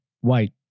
white